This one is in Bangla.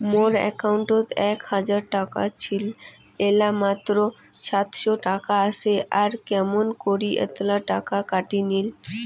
মোর একাউন্টত এক হাজার টাকা ছিল এলা মাত্র সাতশত টাকা আসে আর কেমন করি এতলা টাকা কাটি নিল?